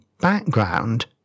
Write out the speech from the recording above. background